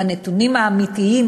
והנתונים האמיתיים,